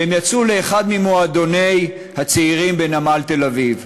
והם יצאו לאחד ממועדוני הצעירים בנמל תל-אביב.